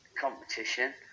competition